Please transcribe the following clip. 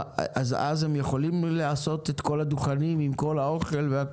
אז הם יכולים לעשות את כל הדוכנים עם כל האוכל?